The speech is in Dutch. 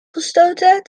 gestoten